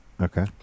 Okay